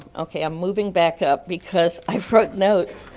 okay, i'm moving back up because i wrote notes,